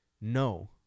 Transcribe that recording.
no